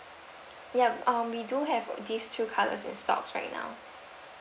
yup um we do have this two colours in stocks right now